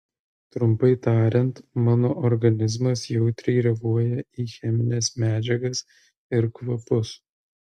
trumpai tariant mano organizmas jautriai reaguoja į chemines medžiagas ir kvapus